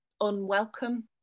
unwelcome